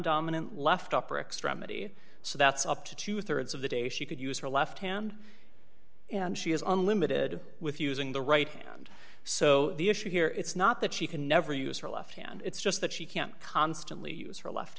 dominant left upper extremity so that's up to two thirds of the day she could use her left hand and she has unlimited with using the right hand so the issue here it's not that she can never use her left hand it's just that she can't constantly use her left